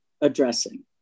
addressing